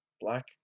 black